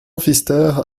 pfister